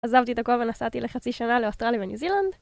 עזבתי את הכול ונסעתי לחצי שנה לאוסטרליה וניו זילנד.